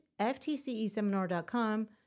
ftceseminar.com